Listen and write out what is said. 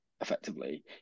effectively